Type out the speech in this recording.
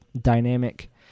dynamic